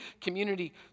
Community